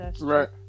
right